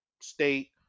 state